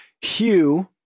Hugh